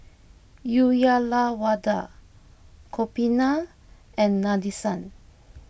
Uyyalawada Gopinath and Nadesan